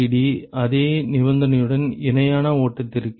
deltaTlmtd அதே நிபந்தனையுடன் இணையான ஓட்டத்திற்கு